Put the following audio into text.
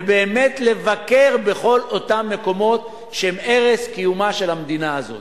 ובאמת לבקר בכל אותם מקומות שהם ערש קיומה של המדינה הזאת.